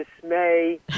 dismay